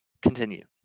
Continue